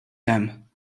them